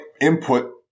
input